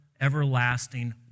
everlasting